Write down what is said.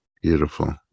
Beautiful